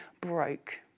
broke